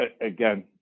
Again